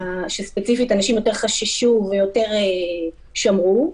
שאנשים יותר חששו ויותר שמרו,